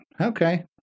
Okay